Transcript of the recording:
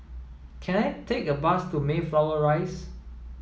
can I take a bus to Mayflower Rise